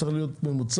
צריך להיות ממוצע,